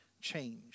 change